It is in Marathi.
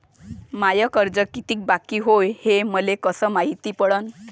माय कर्ज कितीक बाकी हाय, हे मले कस मायती पडन?